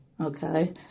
okay